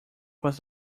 was